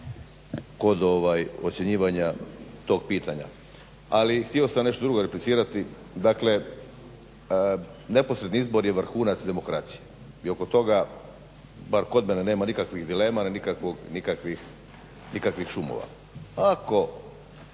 kod ocjenjivanja tog pitanja. Ali htio sam nešto drugo replicirati. Dakle, neposredni izbor je vrhunac demokracije i oko toga bar kod mene nema nikakvih dilema, nikakvih šumova.